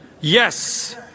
Yes